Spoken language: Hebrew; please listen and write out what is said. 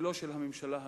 ולא של הממשלה הנוכחית.